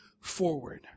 forward